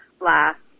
last